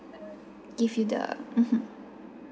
give you the mmhmm